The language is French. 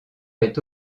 est